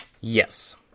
Yes